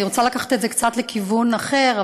אני רוצה לקחת את זה לכיוון קצת אחר,